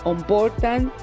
important